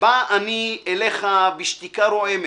בא אני אליך בשתיקה רועמת,